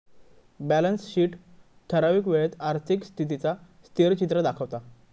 balance sheet ठरावीक वेळेत आर्थिक स्थितीचा स्थिरचित्र दाखवता